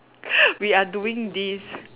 we are doing this